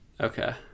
Okay